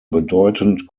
bedeutend